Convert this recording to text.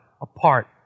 apart